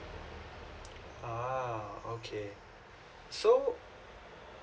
a'ah okay so